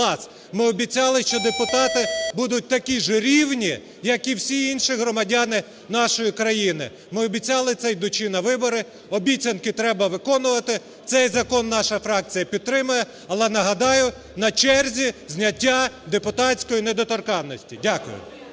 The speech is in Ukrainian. Ми обіцяли, що депутати будуть такі ж рівні, як і всі інші громадяни нашої країни. Ми обіцяли це, йдучи на вибори. Обіцянки треба виконувати. Цей закон наша фракція підтримає. Але нагадаю, на черзі зняття депутатської недоторканності. Дякую.